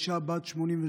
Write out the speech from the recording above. אישה בת 82,